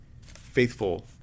faithful